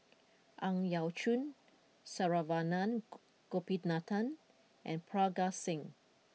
Ang Yau Choon Saravanan Gopinathan and Parga Singh